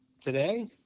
today